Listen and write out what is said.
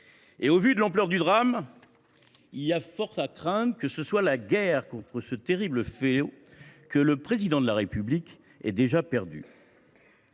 Et, au vu de l’ampleur du drame, il y a fort à craindre que ce soit la guerre contre ce terrible fléau que le Président de la République ait déjà perdue.